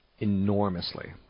enormously